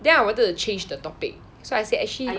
then I wanted to change the topic so I say actually